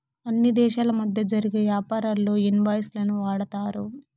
అన్ని దేశాల మధ్య జరిగే యాపారాల్లో ఇన్ వాయిస్ లను వాడతారు